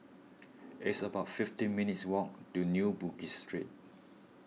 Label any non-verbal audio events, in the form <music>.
<noise> it's about fifty minutes' walk to New Bugis Street